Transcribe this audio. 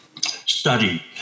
study